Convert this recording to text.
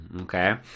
okay